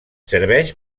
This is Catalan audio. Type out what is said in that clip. serveix